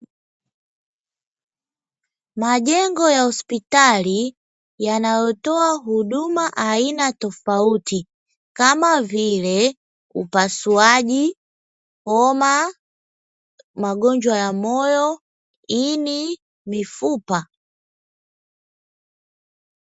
Majengo ya hospitali yanayotoa huduma aina tofauti kama vile upasuaji, homa, magonjwa ya moyo, ini na mifupa.